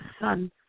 son